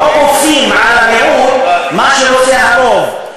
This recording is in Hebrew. במדינה דמוקרטית לא כופים על המיעוט את מה שרוצה הרוב.